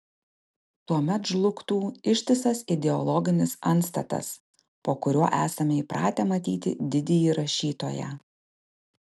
tuomet žlugtų ištisas ideologinis antstatas po kuriuo esame įpratę matyti didįjį rašytoją